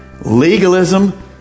Legalism